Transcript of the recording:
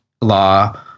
law